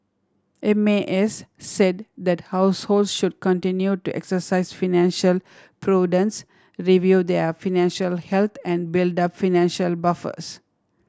M A S said that households should continue to exercise financial prudence review their financial health and build up financial buffers